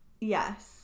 Yes